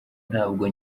ntabwo